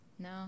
No